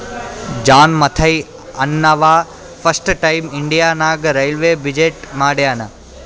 John Mathai ಅಂನವಾ first time India ನಾಗ್ railway budget ಮಾಡ್ಯಾನ್